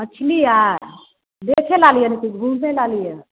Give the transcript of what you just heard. मछली है बेचय लए अलियै है कि घुमबै लए अयलियै